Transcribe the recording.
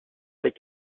avec